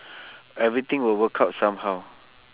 everything will work out somehow